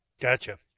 Gotcha